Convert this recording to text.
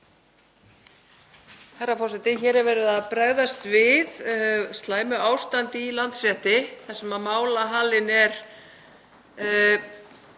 Hér er verið að bregðast við slæmu ástandi í Landsrétti